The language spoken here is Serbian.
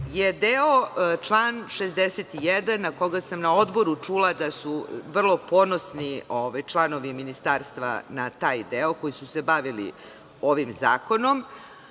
je deo član 61 na koga sam na Odboru čula da su vrlo ponosni članovi Ministarstva na taj deo, koji su se bavili ovim Zakonom,